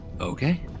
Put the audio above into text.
Okay